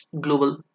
global